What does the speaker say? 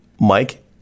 Mike